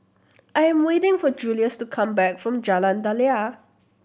I am waiting for Julius to come back from Jalan Daliah